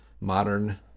modern